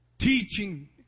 Teaching